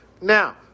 Now